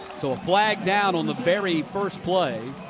so a flag down on the very first play.